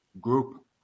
group